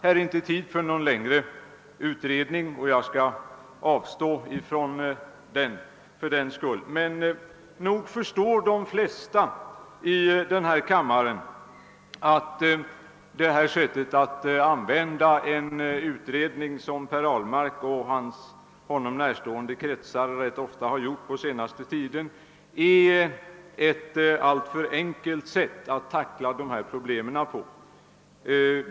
Här är inte tid för någon längre utläggning, men nog förstår de flesta här i kammaren ändå att denna metod att använda en utredning, som herr Ahlmark och honom närstående kretsar har tillgripit rätt ofta den senaste tiden, är ett alltför enkelt sätt att tackla dessa problem.